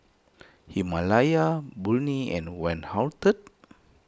Himalaya Burnie and Van Houten